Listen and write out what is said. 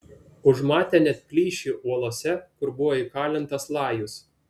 užmatė net plyšį uolose kur buvo įkalintas lajus